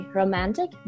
romantic